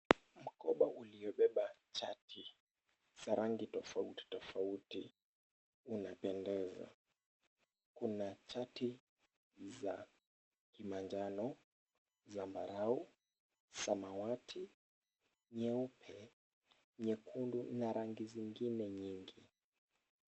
Mkoba uliobeba chati za rangi tofauti tofauti unapendeza. Kuna chati za kimanjano, zambarau, samawati, nyeupe, nyekundu na rangi zingine nyingi.